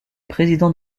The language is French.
président